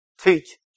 teach